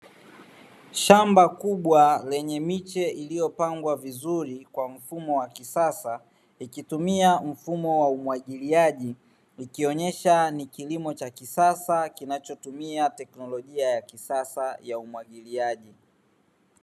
Shamba kubwa lenye miche iliyopangwa vizuri kwa mfumo wa kisasa, ikitumia mfumo wa umwagiliaji likionyesha ni kilimo cha kisasa kinachotumia teknolojia ya kisasa ya umwagiliaji.